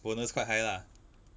bonus quite high lah